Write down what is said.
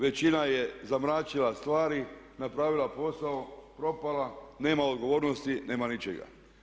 Većina je zamračila stvari, napravila posao, propala, nema odgovornosti, nema ničega.